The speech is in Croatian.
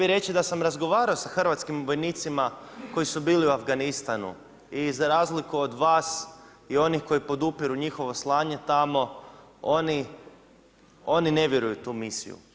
Htio bih reći da sam razgovarao sa hrvatskim vojnicima koji su bili u Afganistanu i za razliku od vas i onih koji podupiru njihovo slanje tamo oni ne vjeruju u tu misiju.